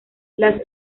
las